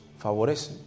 favorece